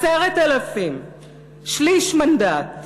10,000, שליש מנדט.